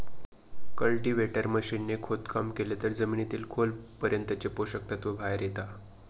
cultivator machine ने खोदकाम केलं तर जमिनीतील खोल पर्यंतचे पोषक तत्व बाहेर येता